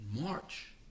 March